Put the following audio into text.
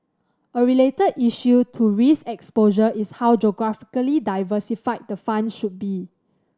a related issue to risk exposure is how geographically diversified the fund should be